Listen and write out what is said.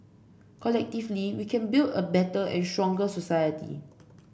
collectively we can build a better and stronger society